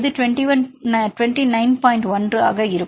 1 ஆக இருக்கும்